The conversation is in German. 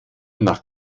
nach